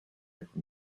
from